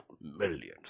millions